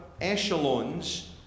echelons